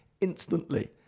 instantly